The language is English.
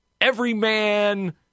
everyman